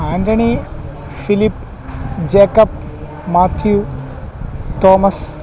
Antony Philip Jacob Mathew Thomas